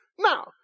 Now